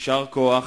יישר כוח.